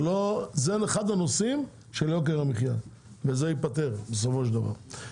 זה אחד הנושאים של יוקר המחיה וזה ייפתר בסופו של דבר.